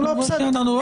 כן, אדוני.